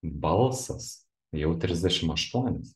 balsas jau trisdešim aštuonis